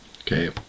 okay